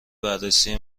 بررسی